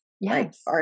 Yes